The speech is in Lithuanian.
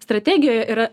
strategijoj yra